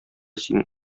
синең